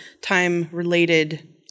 time-related